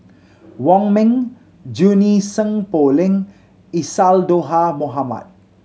Wong Ming Junie Sng Poh Leng Isadhora Mohamed